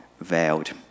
veiled